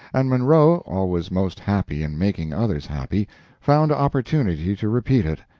and munro always most happy in making others happy found opportunity to repeat it,